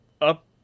Up